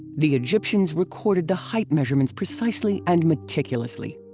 the egyptians recorded the height measurements precisely and meticulously.